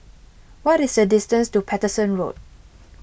what is the distance to Paterson Road